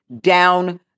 down